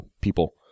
people